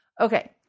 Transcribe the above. Okay